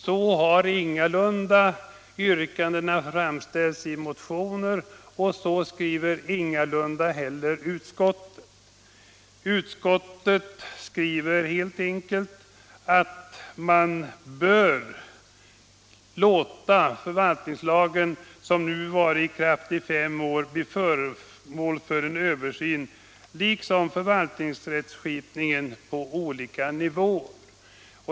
Så har ingalunda yrkandena framställts i motioner, och så skriver inte heller utskottet. Utskottet framhåller att det är angeläget att ”förvaltningslagen, som nu varit i kraft i fem år, blir föremål för översyn liksom förvaltningsrättsskipningen på olika nivåer”.